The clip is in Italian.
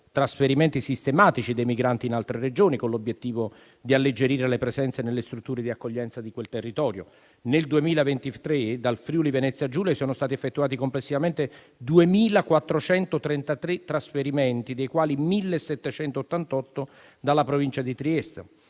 trasferimenti sistematici dei migranti in altre Regioni, con l'obiettivo di alleggerire le presenze nelle strutture di accoglienza di quel territorio. Nel 2023 dal Friuli-Venezia Giulia sono stati effettuati complessivamente 2.433 trasferimenti, dei quali 1.788 dalla Provincia di Trieste.